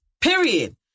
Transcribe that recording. Period